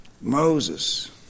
Moses